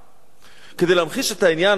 כדי להמחיש את העניין, מה שאני רוצה לומר,